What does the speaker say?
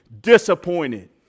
disappointed